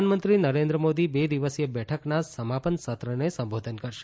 પ્રધાનમંત્રી નરેન્દ્ર મોદી બે દિવસીય બેઠકના સમાપન સત્રને સંબોધન કરશે